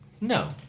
no